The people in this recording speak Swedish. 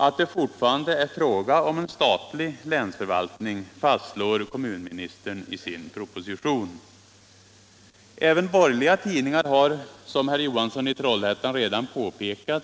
Att det fortfarande är fråga om en statlig länsförvaltning fastslår kommunministern i sin proposition. Även borgerliga tidningar har, som herr Johansson i Trollhättan redan påpekat,